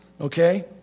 okay